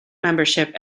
membership